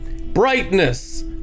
brightness